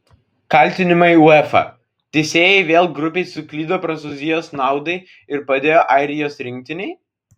kaltinimai uefa teisėjai vėl grubiai suklydo prancūzijos naudai ir padėjo airijos rinktinei